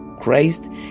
Christ